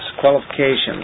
qualifications